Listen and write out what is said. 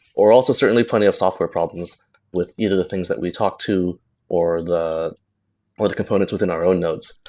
or also certainly plenty of software problems with either the things that we talk to or the or the components within our own nodes.